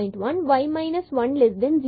1 y minus 1 0